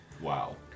Wow